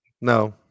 no